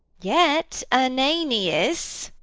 yet, ananias!